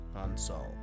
Unsolved